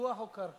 פיתוח או קרקע?